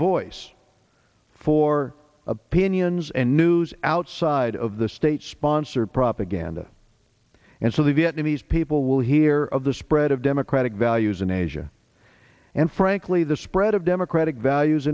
voice for opinions and news outside of the state sponsored propaganda and so the vietnamese people will hear of the spread of democratic values in asia and frankly the spread of democratic values